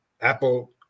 Apple